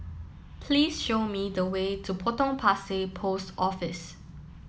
please show me the way to Potong Pasir Post Office